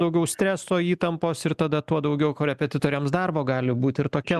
daugiau streso įtampos ir tada tuo daugiau korepetitoriams darbo gali būti ir tokia